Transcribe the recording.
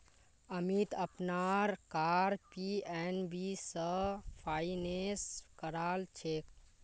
अमीत अपनार car PNB स finance करालछेक